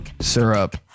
syrup